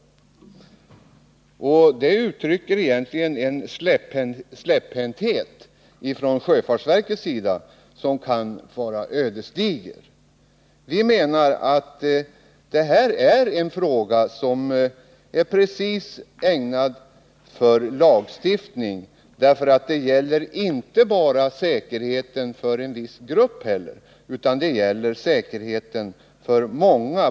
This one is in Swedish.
Det uttrycker egentligen en släpphänthet ifrån sjöfartsverkets sida som kan vara ödesdiger. Vi menar att detta är en fråga som är precis ägnad för lagstiftning. Det gäller ju inte säkerheten bara för en viss grupp utan för många.